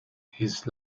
his